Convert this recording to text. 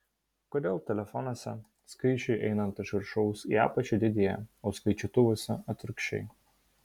kodėl telefonuose skaičiai einant iš viršaus į apačią didėja o skaičiuotuvuose atvirkščiai